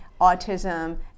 autism